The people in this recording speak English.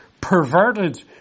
perverted